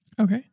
Okay